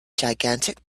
gigantic